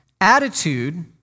attitude